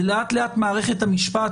ולאט-לאט מערכת המשפט,